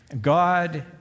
god